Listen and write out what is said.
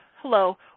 hello